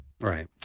Right